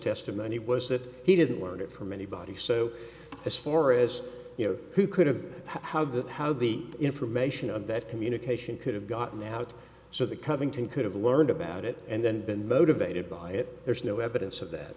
testimony was that he didn't learn it from anybody so as far as you know who could have how that how the information of that communication could have gotten out so that covington could have learned about it and then been motivated by it there's no evidence of that